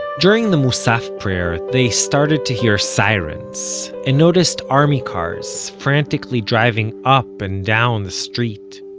during the musaf prayer, they started to hear sirens, and noticed army cars frantically driving up and down the street.